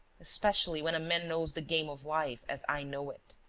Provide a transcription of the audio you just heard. especially when a man knows the game of life as i know it!